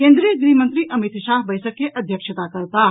केन्द्रीय गृह मंत्री अमित शाह बैसक के अध्यक्षता करताह